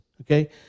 Okay